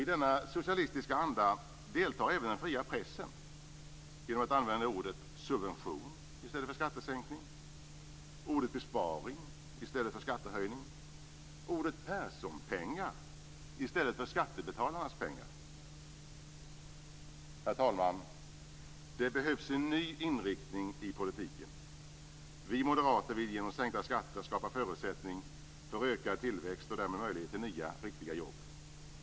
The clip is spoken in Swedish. I denna socialistiska anda deltar även den fria pressen genom att använda ordet "subvention" i stället för skattesänkning, ordet "besparing" i stället för skattehöjning och ordet "Perssonpengar" i stället för skattebetalarnas pengar. Herr talman! Det behövs en ny inriktning i politiken. Vi moderater vill genom sänkta skatter skapa förutsättning för ökad tillväxt och därmed möjlighet till nya, riktiga jobb.